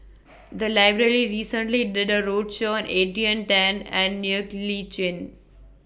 The Library recently did A roadshow Adrian Tan and Ng Li Chin